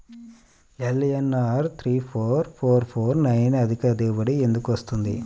LNR three four four four nine అధిక దిగుబడి ఎందుకు వస్తుంది?